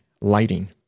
lighting